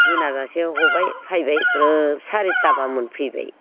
मोनाजासे हबाय फायबाय ग्रोब सारिथाबा मोनफैबाय